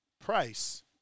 price